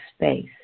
space